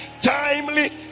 timely